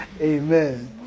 Amen